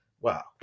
wow